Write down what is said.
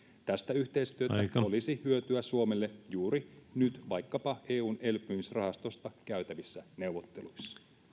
tästä yhteistyöstä olisi hyötyä suomelle juuri nyt vaikkapa eun elpymisrahastosta käytävissä neuvotteluissa